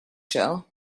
show